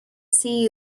see